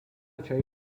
چایی